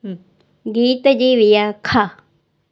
गीत जी व्याखा